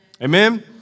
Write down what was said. Amen